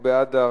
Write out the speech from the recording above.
בבקשה.